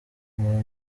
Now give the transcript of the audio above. muba